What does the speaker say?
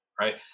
Right